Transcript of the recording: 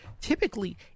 Typically